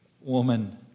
woman